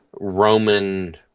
Roman